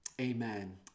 Amen